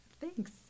Thanks